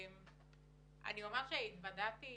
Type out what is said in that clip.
התוודעתי